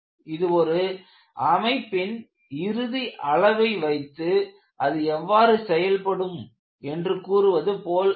இது ஒரு அமைப்பின் இறுதி அளவை வைத்து அது எவ்வாறு செயல்படும் என்று கூறுவது போல் அல்ல